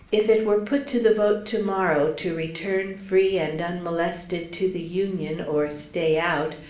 if it were put to the vote to-morrow to return free and unmolested to the union, or stay out,